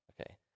okay